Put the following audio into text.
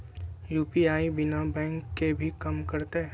UPI बिना bank के भी कम करतै?